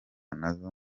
nazo